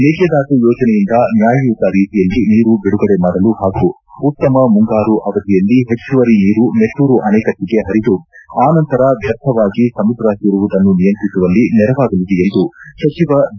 ಮೇಕೆದಾಟು ಯೋಜನೆಯಿಂದ ನ್ಯಾಯಯುತ ರೀತಿಯಲ್ಲಿ ನೀರು ಬಿಡುಗಡೆ ಮಾಡಲು ಹಾಗೂ ಉತ್ತಮ ಮುಂಗಾರು ಅವಧಿಯಲ್ಲಿ ಹೆಚ್ಚುವರಿ ನೀರು ಮೆಟ್ಟೂರು ಅಡೆಕಟ್ಟಿಗೆ ಹರಿದು ಆನಂತರ ವ್ಯರ್ಥವಾಗಿ ಸಮುದ್ರ ಸೇರುವುದನ್ನು ನಿಯಂತ್ರಿಸುವಲ್ಲಿ ನೆರವಾಗಲಿದೆ ಎಂದು ಸಚಿವ ಡಿ